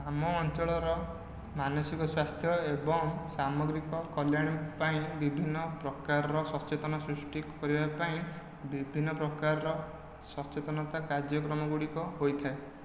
ଆମ ଅଞ୍ଚଳର ମାନସିକ ସ୍ବାସ୍ଥ୍ୟ ଏବଂ ସାମଗ୍ରିକ କଲ୍ୟାଣ ପାଇଁ ବିଭିନ୍ନ ପ୍ରକାରର ସଚେତନ ସୃଷ୍ଟି କରିବା ପାଇଁ ବିଭିନ୍ନ ପ୍ରକାରର ସଚେତନତା କାର୍ଯ୍ୟକ୍ରମ ଗୁଡ଼ିକ ହୋଇଥାଏ